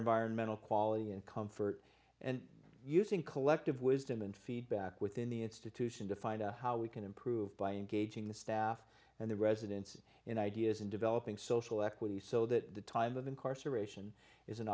environmental quality and comfort and using collective wisdom and feedback within the institution to find out how we can improve by engaging the staff and the residents in ideas in developing social equity so that the time of incarceration is an